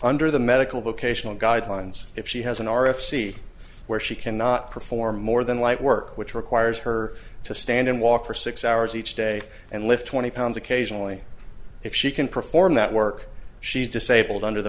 under the medical vocational guidelines if she has an r f c where she cannot perform more than light work which requires her to stand and walk for six hours each day and lift twenty pounds occasionally if she can perform that work she's disabled under the